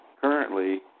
currently